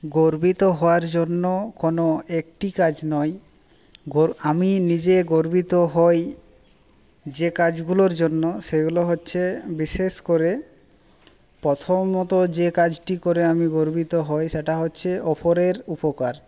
গর্বিত হওয়ার জন্য কোনো একটি কাজ নয় আমি নিজে গর্বিত হই যে কাজগুলোর জন্য সেগুলো হচ্ছে বিশেষ করে প্রথমত যে কাজটি করে আমি গর্বিত হই সেটি হচ্ছে অপরের উপকার